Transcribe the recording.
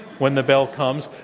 when the bell comes